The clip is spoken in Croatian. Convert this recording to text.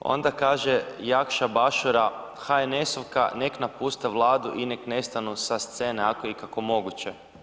Onda kaže Jakša Bašura, HNS-ovka nek napuste Vladu i nek nestanu sa scene, ako je ikako moguće.